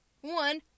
one